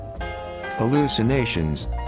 Hallucinations